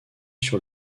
sur